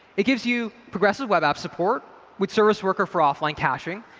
it gives you progressive web app support with service worker for offline caching.